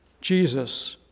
Jesus